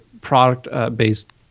product-based